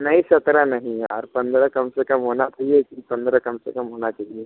नहीं सत्रह नहीं यार पंद्रह कम से कम होना चहिए कि पंद्रह कम से कम होना चाहिए